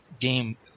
game